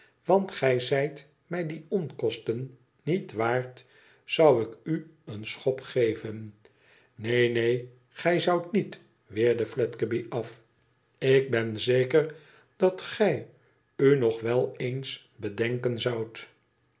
want gij zijt mij die onkosten niet waard zou ik u een schop even neen neen gij zoudt met weerde fledgeby af ilk ben zeker dat gij u no wel eens bedenken zoudt